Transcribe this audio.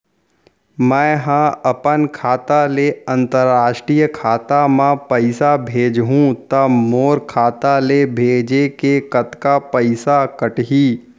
मै ह अपन खाता ले, अंतरराष्ट्रीय खाता मा पइसा भेजहु त मोर खाता ले, भेजे के कतका पइसा कटही?